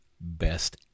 best